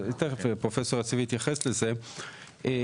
פרופ' יציב יתייחס לזה תיכף.